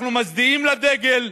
אנחנו מצדיעים לדגל,